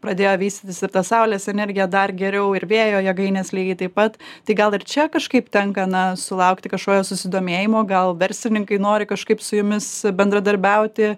pradėjo vystytis ir ta saulės energija dar geriau ir vėjo jėgainės lygiai taip pat tai gal ir čia kažkaip tenka na sulaukti kažkokio susidomėjimo gal verslininkai nori kažkaip su jumis bendradarbiauti